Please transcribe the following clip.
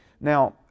Now